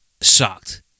shocked